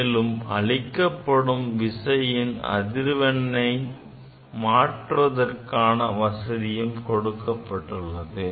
மேலும் அளிக்கப்படும் விசையின் அதிர்வெண்ணை மாற்றுவதற்கான வசதியும் கொடுக்கப்பட்டுள்ளது